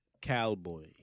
Cowboy